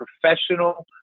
professional